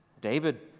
David